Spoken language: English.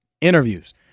interviews